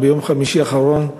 ביום חמישי האחרון,